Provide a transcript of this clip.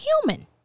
human